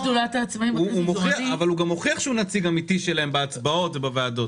הוא גם הוכיח שהוא נציג אמיתי שלהם בהצבעות ובוועדות.